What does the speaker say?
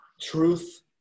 truth